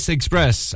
Express